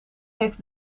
heeft